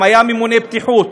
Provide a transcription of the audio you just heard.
אם היה ממונה בטיחות,